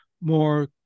more